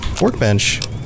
Workbench